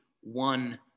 one